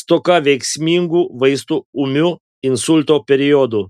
stoka veiksmingų vaistų ūmiu insulto periodu